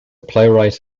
playwright